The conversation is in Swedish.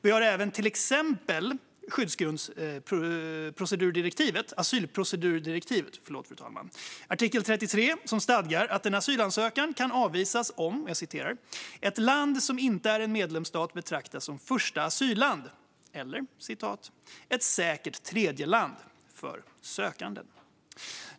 Vi har även till exempel asylprocedurdirektivets artikel 33, som stadgar att en asylansökan kan avvisas om "ett land som inte är en medlemsstat betraktas som första asylland för sökanden" eller "som ett säkert tredjeland för sökanden".